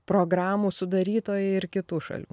programų sudarytojai ir kitų šalių